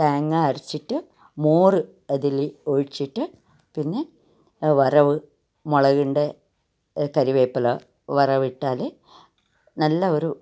തേങ്ങ അരച്ചിട്ട് മോര് അതിൽ ഒഴിച്ചിട്ട് പിന്നെ വറവ് മുളകിൻ്റെ കറിവേപ്പില വറവിട്ടാൽ നല്ല ഒരു